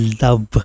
love